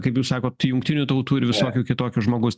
kaip jūs sakot jungtinių tautų ir visokių kitokių žmogaus